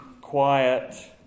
quiet